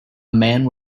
man